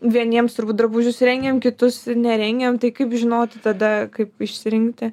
vieniems turbūt drabužius rengiam kitus nerengiam tai kaip žinoti tada kaip išsirinkti